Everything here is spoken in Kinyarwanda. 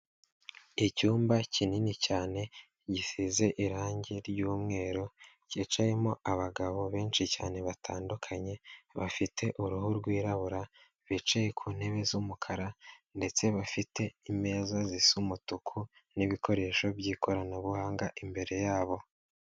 Icyumba kinini cyane gisize irangi ry'umweru, kicayemo abagabo benshi cyane batandukanye, bafite uruhu rwirabura, bicaye ku ntebe z'umukara, ndetse bafite imeza zisa umutuku, n'ibikoresho by'ikoranabuhanga imbere yabo.